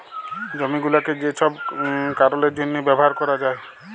জমি গুলাকে যে ছব কারলের জ্যনহে ব্যাভার ক্যরা যায়